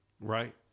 right